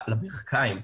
לברכיים.